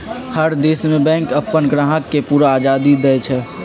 हर देश में बैंक अप्पन ग्राहक के पूरा आजादी देई छई